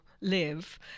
live